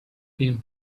been